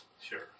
Sure